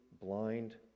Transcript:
blind